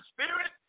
Spirit